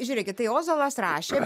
žiūrėkit tai ozolas rašė